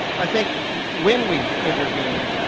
i think when we intervene,